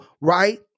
right